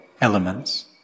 elements